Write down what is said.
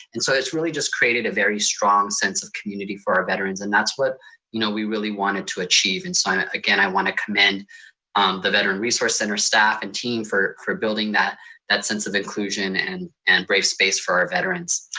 and so it's really just created a very strong sense of community for our veterans and that's what you know we really wanted to achieve. and so again, i want to commend the veteran resource center staff and team for for building that that sense of inclusion and and brave space for our veterans.